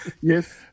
Yes